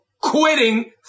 quitting